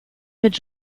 mit